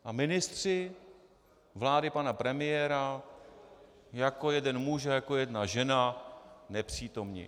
A ministři vlády pana premiéra jako jeden muž a jako jedna žena nepřítomni.